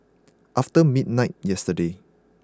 after midnight yesterday